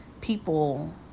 people